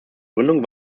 gründung